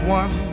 one